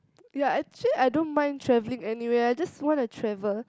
ya actually I don't mind travelling anywhere I just want to travel